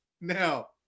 Now